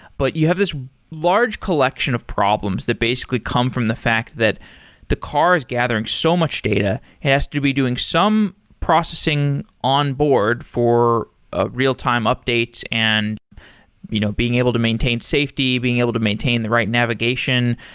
but you have this large collection of problems that basically come from the fact that the car is gathering so much data. it has to be doing some processing on board for ah real-time updates and you know being able to maintain safety, being able to maintain the right navigation.